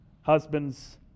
husbands